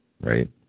right